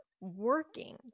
working